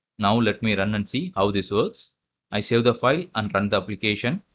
now let me run and see how this works i save the file and run the application.